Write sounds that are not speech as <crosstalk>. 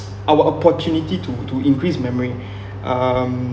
our opportunity to to increase memory <breath> um